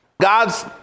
God's